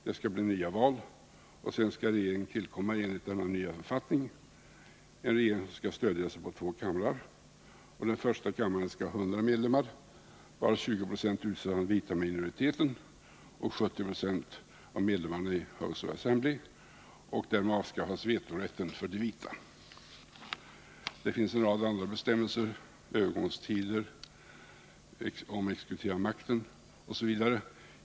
Det skall bli nya val. Och sedan skall regeringen tillkomma enligt denna nya författning, en regering som skall stödja sig på två kamrar. Den första kammaren skall ha 100 medlemmar, varav 20 96 utses av den vita minoriteten och 70 2 av medlemmarna i House of Assembly. Därmed avskaffas vetorätten för de vita. Det finns en rad andra bestämmelser om övergångstider, den exekutiva makten osv.